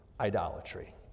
idolatry